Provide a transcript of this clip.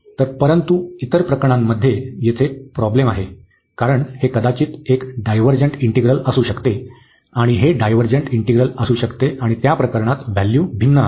तर परंतु इतर प्रकरणांमध्ये येथे प्रॉब्लेम आहे कारण हे कदाचित एक डायव्हर्जंट इंटिग्रल असू शकते आणि हे डायव्हर्जंट इंटिग्रल असू शकते आणि त्या प्रकरणात व्हॅल्यू भिन्न असेल